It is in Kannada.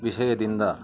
ವಿಷಯದಿಂದ